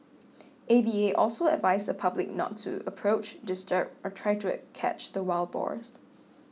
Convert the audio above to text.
A V A also advised the public not to approach disturb or try to it catch the wild boars